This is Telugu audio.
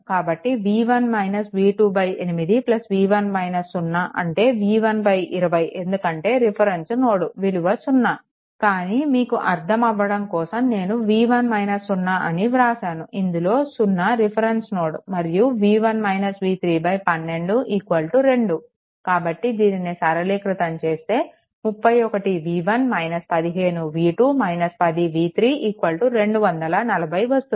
కాబట్టి 8 v1 - 0 అంటే v120 ఎందుకంటే రిఫరెన్స్ నోడ్ విలువ సున్నా కానీ మీకు అర్థం అవ్వడం కోసం నేను v1 - 0 అని వ్రాసాను ఇందులో 0 రిఫరెన్స్ నోడ్ మరియు 12 2 కాబట్టి దీనిని సరళీకృతం చేస్తే 31v1 15v2 10v3 240 వస్తుంది